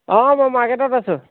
অ' মই মাৰ্কেটত আছোঁ